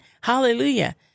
hallelujah